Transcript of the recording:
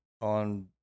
on